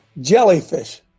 Jellyfish